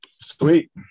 Sweet